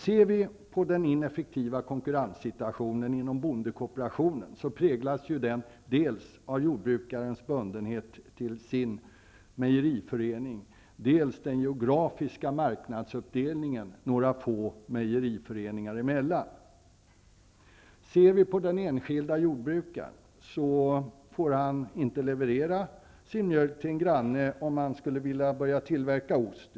Ser vi på den ineffektiva konkurrenssituationen inom bondekooperationen, präglas den dels av jordbrukarens bundenhet till sin mejeriförening, dels av den geografiska marknadsuppdelningen några få mejeriföreningar emellan. Ser vi på den enskilda jordbrukaren får han t.ex. inte leverera sin mjölk till den granne som skulle vilja tillverka ost.